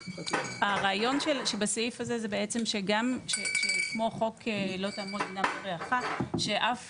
הרעיון שבסעיף הזה הוא כמו חוק "לא תעמוד על דם רעך" שאף